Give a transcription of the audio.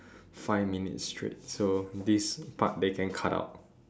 five minutes straight so this part they can cut out